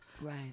Right